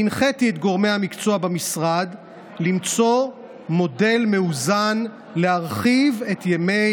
הנחיתי את גורמי המקצוע במשרד למצוא מודל מאוזן להרחיב את ימי